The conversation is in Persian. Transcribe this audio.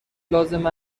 لازم